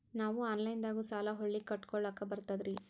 ನಾವು ಆನಲೈನದಾಗು ಸಾಲ ಹೊಳ್ಳಿ ಕಟ್ಕೋಲಕ್ಕ ಬರ್ತದ್ರಿ?